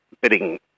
bidding